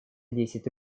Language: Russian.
десять